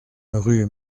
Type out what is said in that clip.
rue